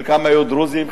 חלקם היו דרוזים,